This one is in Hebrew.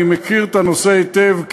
אני מכיר את הנושא היטב,